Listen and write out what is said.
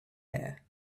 air